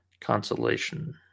consolation